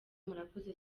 murakoze